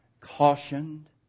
cautioned